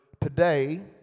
today